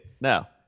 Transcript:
now